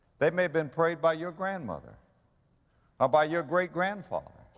they may've been prayed by your grandmother or by your great grandfather,